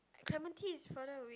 Clementi is further away